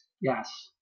Yes